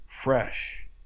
Fresh